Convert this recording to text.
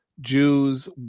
Jews